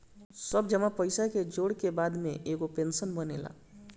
सब जमा पईसा के जोड़ के बाद में एगो पेंशन बनेला